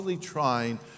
trying